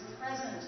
present